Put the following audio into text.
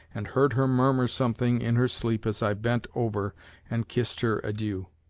and heard her murmur something in her sleep as i bent over and kissed her adieu.